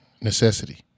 Necessity